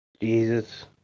Jesus